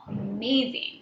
amazing